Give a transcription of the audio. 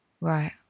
Right